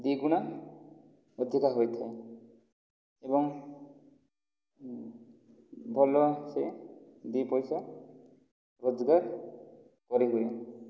ଦୁଇ ଗୁଣା ଅଧିକା ହୋଇଥାଏ ଏବଂ ଭଲସେ ଦୁଇ ପଇସା ରୋଜଗାର କରିହୁଏ